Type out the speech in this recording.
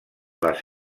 les